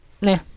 Nah